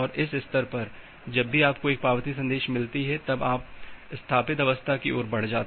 इस स्तर पर जब भी आपको एक पावती संदेश मिलता है तब आप स्थापित अवस्था की ओर बढ़ जाते हैं